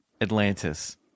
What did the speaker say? Atlantis